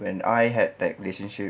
when I had that relationship